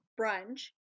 brunch